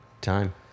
time